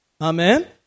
Amen